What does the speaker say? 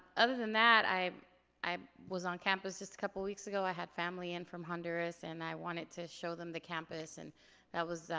other than that, i i was on campus just a couple weeks ago. i had family in from honduras and i wanted to show them the campus and that was,